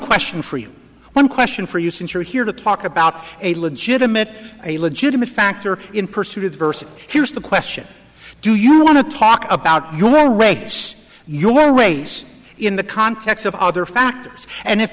question for you one question for you since you're here to talk about a legitimate a legitimate factor in pursuit of diversity here's the question do you want to talk about your race your race in the context of other factors and if